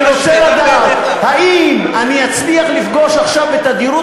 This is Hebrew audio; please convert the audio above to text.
אני רוצה לדעת אם אני אצליח לפגוש עכשיו בתדירות